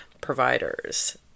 providers